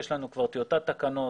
יש לנו כבר טיוטת תקנות,